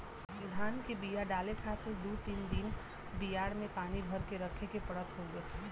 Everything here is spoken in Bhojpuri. धान के बिया डाले खातिर दू तीन दिन बियाड़ में पानी भर के रखे के पड़त हउवे